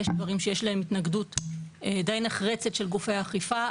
יש דברים שיש להם התנגדות די נחרצת של גופי האכיפה.